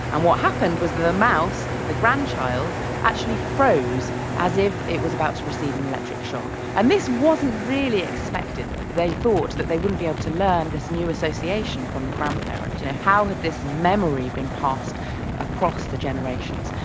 and what happened was that the mouse, the grandchild, actually froze as if it was about to receive an electric shock. and this wasn't really expected. they thought that they wouldn't be able to learn this new association from the grandparents. you know, how had this memory been passed across the generations?